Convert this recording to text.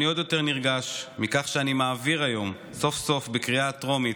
אני עוד יותר נרגש מכך שאני מעביר היום סוף-סוף בקריאה טרומית,